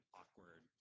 awkward